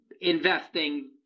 investing